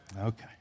Okay